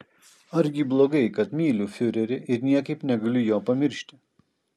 argi blogai kad myliu fiurerį ir niekaip negaliu jo pamiršti